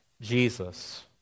Jesus